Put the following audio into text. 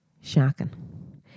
shocking